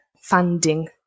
funding